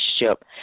relationship